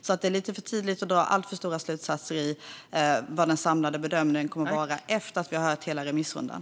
Det är alltså lite för tidigt att dra alltför stora slutsatser om vad den samlade bedömningen kommer att vara efter att vi har haft hela remissrundan.